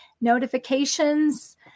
notifications